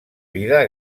vida